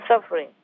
suffering